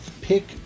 pick